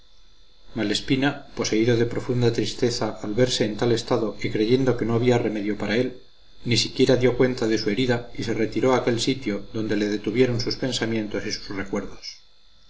examinarle malespina poseído de profunda tristeza al verse en tal estado y creyendo que no había remedio para él ni siquiera dio cuenta de su herida y se retiró a aquel sitio donde le detuvieron sus pensamientos y sus recuerdos